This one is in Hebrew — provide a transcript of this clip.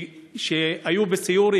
היו בסיור,